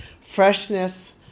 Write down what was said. freshness